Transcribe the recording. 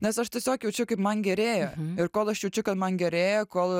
nes aš tiesiog jaučiu kaip man gerėja ir kol aš jaučiu kad man gerėja kol